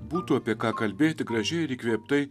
būtų apie ką kalbėti gražiai ir įkvėptai